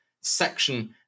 section